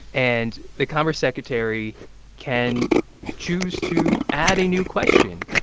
and the commerce secretary can choose to add a new question.